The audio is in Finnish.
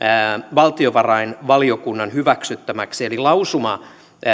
valtiovarainvaliokunnan hyväksyttämäksi eli lausuma